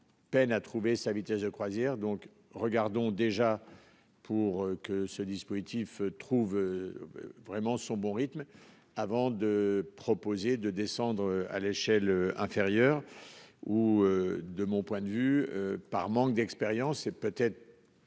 Peine à trouver sa vitesse de croisière donc regardons déjà pour que ce dispositif trouve. Vraiment son bon rythme avant de proposer de descendre à l'échelle inférieure ou de mon point de vue par manque d'expérience et peut-être.--